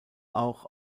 auch